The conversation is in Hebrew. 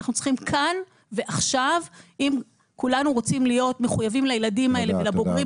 שלום לכולם וברוכים הבאים לישיבת ועדת העבודה והרווחה